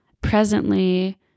presently